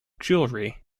jewellery